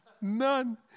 none